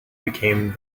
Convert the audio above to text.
became